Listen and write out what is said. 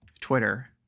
Twitter